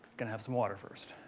got to have some water first.